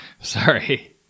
Sorry